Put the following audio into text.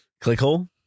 Clickhole